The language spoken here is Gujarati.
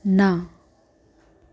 ના